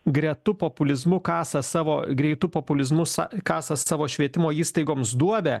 gretu populizmu kasa savo greitu populizmu sa kasa savo švietimo įstaigoms duobę